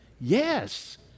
Yes